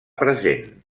present